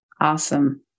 Awesome